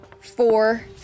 four